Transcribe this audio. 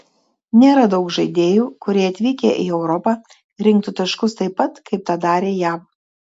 nėra daug žaidėjų kurie atvykę į europą rinktų taškus taip pat kaip tą darė jav